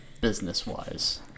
business-wise